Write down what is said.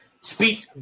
speech